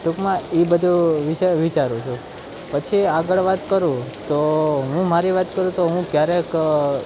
ટૂંકમાં એ બધું વિશે વિચારું છું પછી આગળ વાત કરું તો હું મારી વાત કરું તો હું ક્યારેક